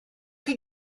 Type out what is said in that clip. chi